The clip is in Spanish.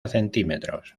centímetros